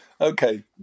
okay